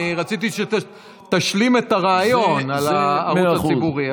אני רציתי שתשלים את הרעיון על הערוץ הציבורי,